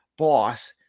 boss